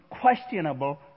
questionable